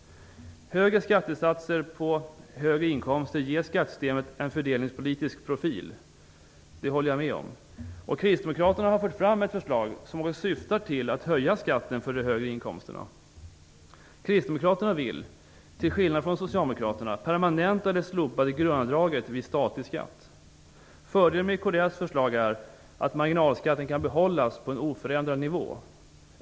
Högre skattesatser på högre inkomster ger skattesystemet en fördelningspolitisk profil. Det håller jag med om. Kristdemokraterna har fört fram ett förslag som syftar till att höja skatten för de högre inkomsterna. Kristdemokraterna vill, till skillnad från Socialdemokraterna, permanenta det slopade grundavdraget vid statlig skatt. Fördelen med kds förslag är att marginalskatten kan behållas på en oförändrad nivå.